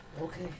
Okay